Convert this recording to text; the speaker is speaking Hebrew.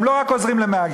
הם לא רק עוזרים למהגרים,